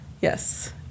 yes